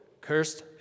Cursed